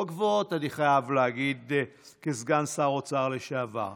לא גבוהות, אני חייב להגיד כסגן שר אוצר לשעבר,